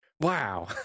Wow